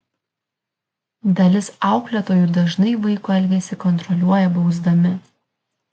dalis auklėtojų dažnai vaiko elgesį kontroliuoja bausdami